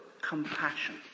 compassion